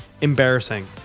embarrassing